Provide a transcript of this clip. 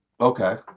Okay